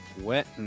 Wet